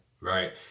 right